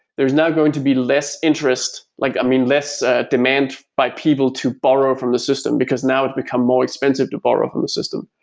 there's now going to be less interest, like i mean, less ah demand by people to borrow from the system, because now it's become more expensive to borrow from the system.